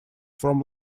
from